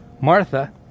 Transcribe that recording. Martha